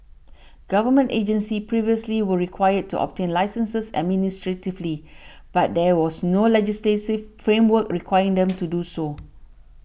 government agencies previously were required to obtain licences administratively but there was no legislative framework requiring them to do so